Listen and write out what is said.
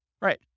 Right